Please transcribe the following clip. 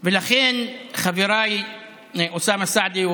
הירושלמים,) ולכן חבריי אוסאמה סעדי,